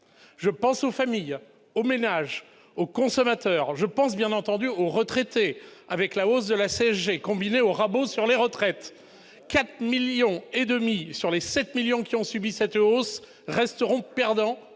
Je pense aux familles, aux ménages, aux consommateurs. Je pense, bien entendu, aux retraités : avec la hausse de la CSG combinée au rabot sur les retraites, 4,5 millions de retraités sur les 7 millions qui ont subi cette hausse resteront perdants